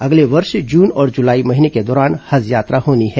अगले वर्ष जून और जुलाई महीने के दौरान हज यात्रा होनी है